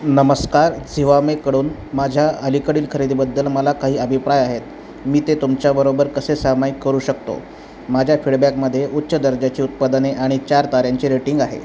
नमस्कार झिवामेकडून माझ्या अलीकडील खरेदीबद्दल मला काही अभिप्राय आहेत मी ते तुमच्याबरोबर कसे सामायिक करू शकतो माझ्या फिडबॅकमध्ये उच्च दर्जाची उत्पादने आणि चार ताऱ्यांचे रेटिंग आहे